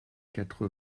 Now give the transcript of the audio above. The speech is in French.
quatre